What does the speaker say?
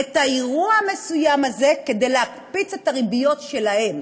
את האירוע המסוים הזה כדי להקפיץ את הריביות שלהם